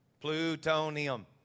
Plutonium